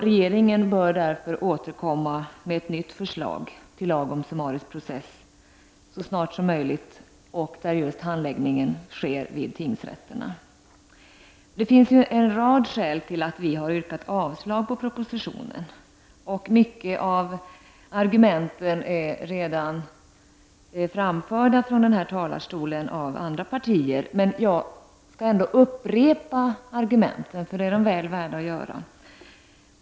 Regeringen bör därför återkomma med ett nytt förslag till lag om summarisk process så snart som möjligt, där handläggningen föreslås ske vid tingsrätterna. Det finns en rad skäl till att vi yrkat avslag på propositionen. Många av argumenten är redan framförda från denna talarstol från andra partier. Jag skall ändå upprepa dem för det är de väl värda.